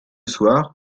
soir